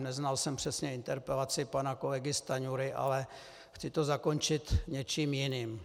Neznal jsem přesně interpelaci kolegy Stanjury, ale chci to zakončit něčím jiným.